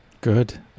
good